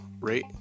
rate